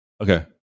okay